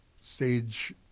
sage